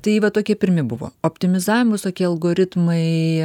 tai va tokie pirmi buvo optimizavimo visokie algoritmai